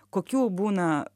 kokių būna